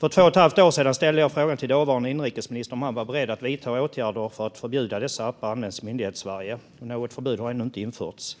För två och ett halvt år sedan ställde jag frågan till dåvarande inrikesministern om han var beredd att vidta åtgärder för att förbjuda att dessa appar används i Myndighetssverige. Något förbud har ännu inte införts.